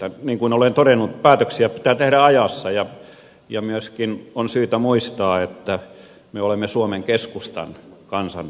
niin kuin olen todennut päätöksiä pitää tehdä ajassa ja myöskin on syytä muistaa että me olemme suomen keskustan kansanedustajia